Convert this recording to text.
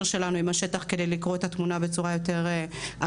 שלנו עם השטח כדי לקרוא את התמונה בצורה יותר אמתית.